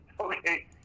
Okay